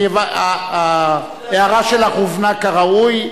ההערה שלך הובנה כראוי.